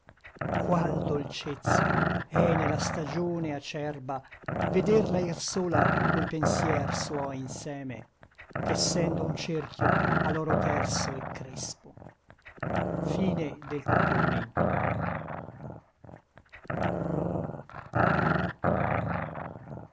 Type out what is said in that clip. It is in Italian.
qual dolcezza è ne la stagione acerba vederla ir sola co i pensier suoi inseme tessendo un cerchio a l'oro terso et crespo o